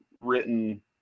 written